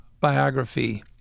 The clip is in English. biography